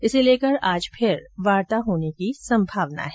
इसको लेकर आज फिर वार्ता होने की संभावना है